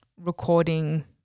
recording